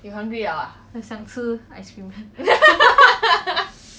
我想吃 ice cream eh